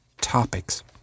topics